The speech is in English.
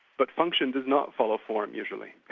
but function does not follow form, usually.